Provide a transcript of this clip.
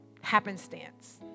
happenstance